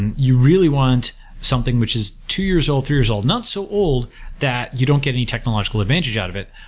and you really want something which is two years old, three years old, not so old that you don't get any technological advantage out of it,